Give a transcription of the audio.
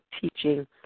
teaching